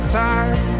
time